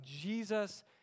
Jesus